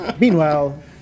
Meanwhile